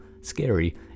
scary